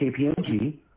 KPMG